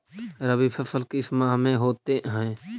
रवि फसल किस माह में होते हैं?